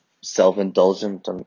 self-indulgent